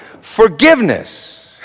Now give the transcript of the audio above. forgiveness